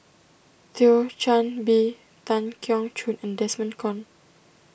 Thio Chan Bee Tan Keong Choon and Desmond Kon